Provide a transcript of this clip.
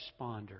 responder